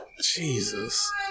Jesus